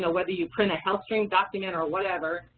so whether you print a healthstream document or whatever,